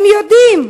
הם יודעים.